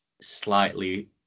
slightly